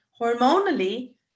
hormonally